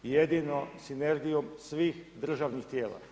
Jedino sinergijom svih državnih tijela.